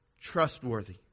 trustworthy